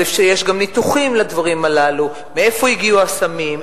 אבל יש ניתוחים לדברים הללו: מאיפה הגיעו הסמים,